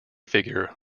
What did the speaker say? figure